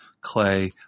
Clay